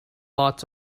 lots